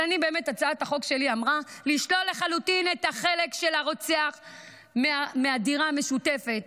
הצעת החוק שלי אמרה לשלול לחלוטין את החלק של הרוצח בדירה המשותפת.